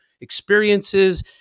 experiences